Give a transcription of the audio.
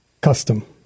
custom